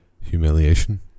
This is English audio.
Humiliation